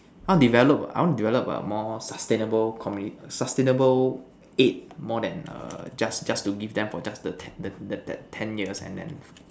I want develop I want to develop a more sustainable community sustainable aid more than err just just just to give them the more than ten years and then